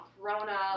Corona